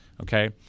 Okay